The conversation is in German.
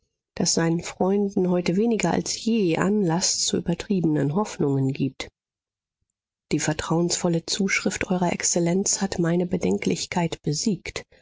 das seinen freunden heute weniger als je anlaß zu übertriebenen hoffnungen gibt die vertrauensvolle zuschrift eurer exzellenz hat meine bedenklichkeit besiegt